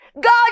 God